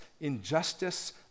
injustice